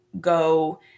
go